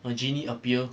a genie appear